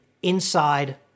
inside